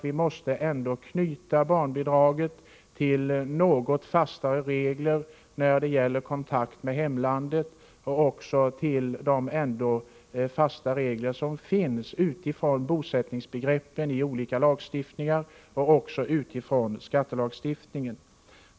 Vi måste knyta barnbidraget till något fastare regler när det gäller kontakten med hemlandet och till de bestämmelser i fråga om bosättningsbegreppet som finns i olika lagstiftningar, bl.a. skattelagstiftningen.